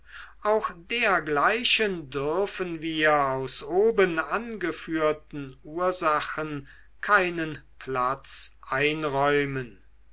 auch dergleichen dürfen wir aus oben angeführten ursachen keinen platz einräumen